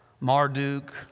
Marduk